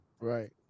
right